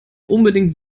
unbedingt